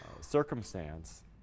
circumstance